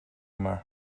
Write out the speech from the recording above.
yma